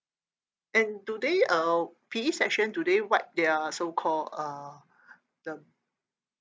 and do they uh P_E session do they wipe their so called uh the